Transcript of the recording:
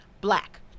black